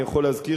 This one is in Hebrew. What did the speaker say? אני יכול להזכיר